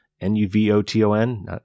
N-U-V-O-T-O-N